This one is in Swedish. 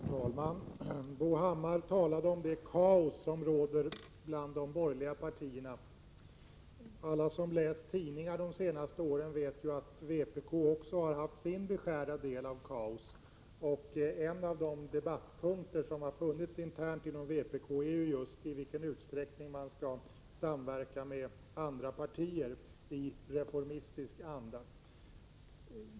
Fru talman! Bo Hammar talade om det kaos som råder bland de borgerliga partierna. Alla som har läst tidningarna de senaste åren vet att vpk också har haft sin beskärda del av kaos. En av de debattpunkter som har funnits internt i vpk är just i vilken utsträckning man skall samverka med andra partier i reformistisk anda.